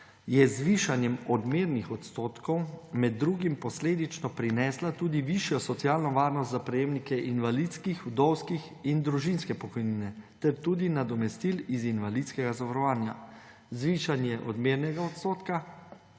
je z višanjem odmernih odstotkov med drugim posledično prinesla tudi višjo socialno varnost za prejemnike invalidskih, vdovskih in družinskih pokojnin ter tudi nadomestil iz invalidskega zavarovanja. Zvišanje odmernega odstotka